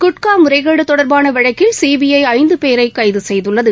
குட்கா முறைகேடு தொடர்பான வழக்கில் சிபிஐ ஐந்து பேரை கைது செய்துள்ளது